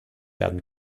werden